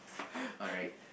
sorry